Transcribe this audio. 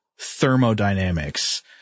thermodynamics –